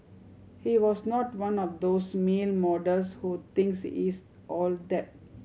he was not one of those male models who thinks he's all that